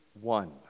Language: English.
one